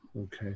Okay